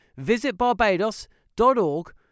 visitbarbados.org